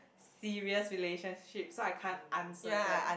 serious relationship so I can't answer that